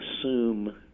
assume